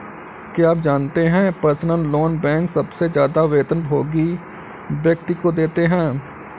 क्या आप जानते है पर्सनल लोन बैंक सबसे ज्यादा वेतनभोगी व्यक्ति को देते हैं?